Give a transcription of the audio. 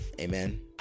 Amen